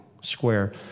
square